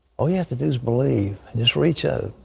all you have to do is believe. just reach ah